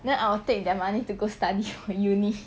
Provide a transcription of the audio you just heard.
then I'll take their money to go study uni